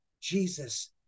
Jesus